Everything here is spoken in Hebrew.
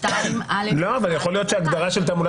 סעיף 2א2 --- יכול להיות שהגדרה של תעמולת